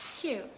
Cute